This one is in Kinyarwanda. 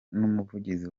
n’umuvugizi